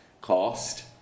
cost